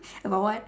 about what